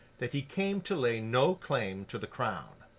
that he came to lay no claim to the crown.